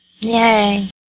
Yay